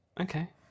Okay